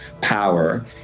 power